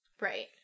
Right